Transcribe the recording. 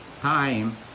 time